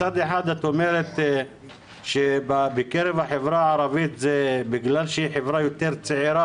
מצד אחד את אומרת שבקרב החברה הערבית זה בגלל שהיא יותר צעירה,